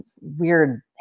weird